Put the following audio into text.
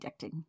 addicting